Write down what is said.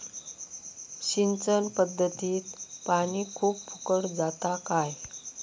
सिंचन पध्दतीत पानी खूप फुकट जाता काय?